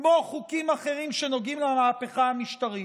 כמו חוקים אחרים שנוגעים למהפכה המשטרית.